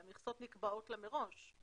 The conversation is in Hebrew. שהמכסות נקבעות לה מראש.